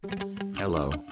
Hello